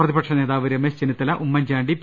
പ്രതിപക്ഷ നേതാവ് രമേശ് ചെന്നിത്തല ഉമ്മൻചാണ്ടി പി